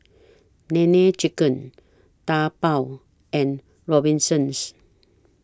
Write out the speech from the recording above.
Nene Chicken Taobao and Robinsons